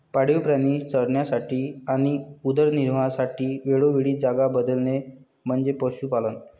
पाळीव प्राणी चरण्यासाठी आणि उदरनिर्वाहासाठी वेळोवेळी जागा बदलणे म्हणजे पशुपालन